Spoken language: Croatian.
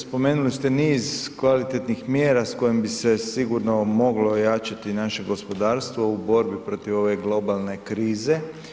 Spomenuli ste niz kvalitetnih mjera s kojim bi se sigurno moglo ojačati naše gospodarstvo u borbi protiv ove globalne krize.